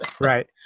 right